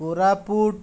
Koraput